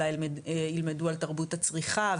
אלא ילמדו על תרבות הצריכה,